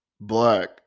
black